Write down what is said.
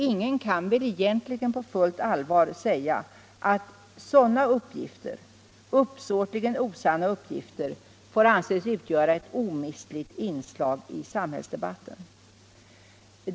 Ingen kan väl egentligen på fullt allvar säga att sådana uppsåtligen osanna uppgifter får anses utgöra ett omistligt inslag i samhällsdebatten.